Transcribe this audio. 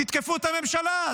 תתקפו את הממשלה,